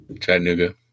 Chattanooga